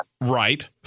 Right